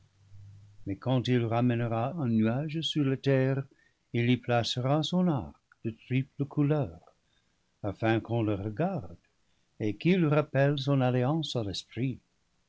mais quand il ramènera un nuage sur la terre il y placera son arc de triple couleur afin qu'on le regarde et qu'il rappelle son alliance à l'esprit